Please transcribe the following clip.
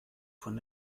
von